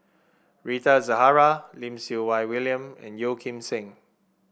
Rita Zahara Lim Siew Wai William and Yeo Kim Seng